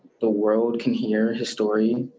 the world can hear his story.